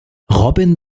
robin